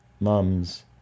mums